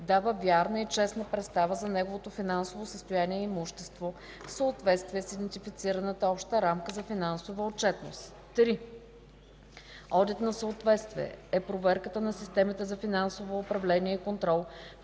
дава вярна и честна представа за неговото финансово състояние и имущество в съответствие с идентифицираната обща рамка за финансова отчетност. 3. „Одит за съответствие” е проверката на системите за финансово управление и контрол,